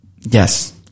Yes